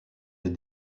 des